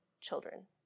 children